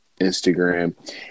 Instagram